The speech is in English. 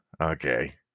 Okay